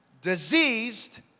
diseased